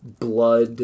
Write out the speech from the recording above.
blood